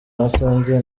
basangiye